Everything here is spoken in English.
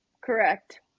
Correct